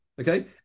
Okay